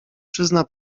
przyzna